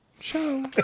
Show